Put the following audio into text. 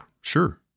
sure